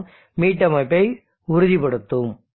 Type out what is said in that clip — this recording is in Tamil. மற்றும் மீட்டமைப்பை உறுதிபடுத்தும்